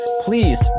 please